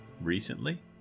recently